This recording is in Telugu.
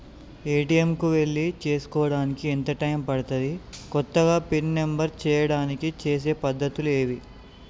ఏ.టి.ఎమ్ కు వెళ్లి చేసుకోవడానికి ఎంత టైం పడుతది? కొత్తగా పిన్ నంబర్ చేయడానికి చేసే పద్ధతులు ఏవి?